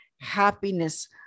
happiness